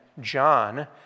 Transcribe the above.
John